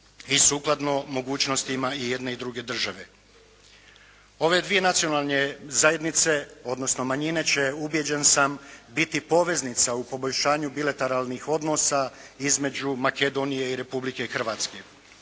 i sukladno mogućnostima i jedne i druge države. Ove dvije nacionalne zajednice, odnosno manjine će ubjeđen sam, biti poveznica u poboljšanju bilateralnih odnosa između Makedonije i Republike Hrvatske.